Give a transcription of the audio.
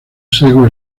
sesgo